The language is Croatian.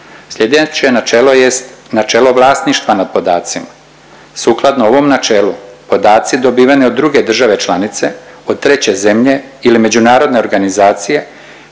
Slijedeće načelo jest načelo vlasništva nad podacima. Sukladno ovom načelu podaci dobiveni od druge države članice, od treće zemlje ili međunarodne organizacije